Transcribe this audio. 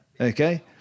Okay